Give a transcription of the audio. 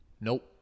nope